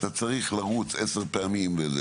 אתה צריך לרוץ עשר פעמים וזה,